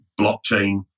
Blockchain